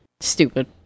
Stupid